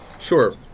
Sure